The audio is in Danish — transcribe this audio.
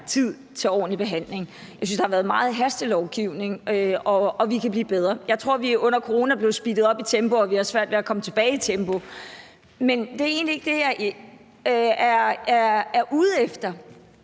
tid til ordentlig behandling. Jeg synes, der har været meget hastelovgivning, og vi kan blive bedre. Jeg tror, at vi under corona fik speedet tempoet op, og vi har svært ved at få sat tempoet ned igen. Men det er egentlig ikke det, jeg er ude efter.